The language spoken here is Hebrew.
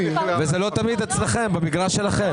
וזה לא תמיד אצלכם במגרש שלכם.